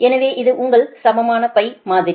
எனவே இது உங்கள் சமமான மாதிரி